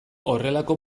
horrelako